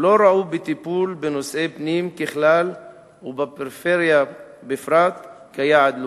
לא ראו בטיפול בנושאי פנים ככלל ובפריפריה בפרט יעד לאומי.